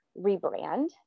rebrand